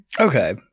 Okay